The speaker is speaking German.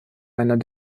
männer